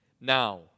Now